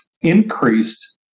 increased